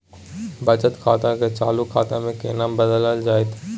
बचत खाता के चालू खाता में केना बदलल जेतै?